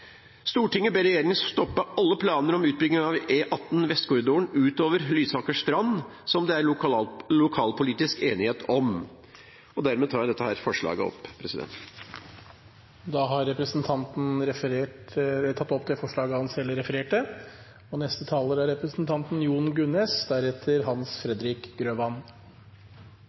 ber regjeringen stoppe alle planer om utbygging av E18 Vestkorridoren ut over Lysaker–Strand, som det er lokalpolitisk enighet om.» Dermed tar jeg opp dette forslaget. Da har representanten Arne Nævra tatt opp det forslaget han refererte.